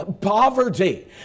poverty